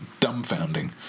dumbfounding